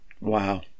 Wow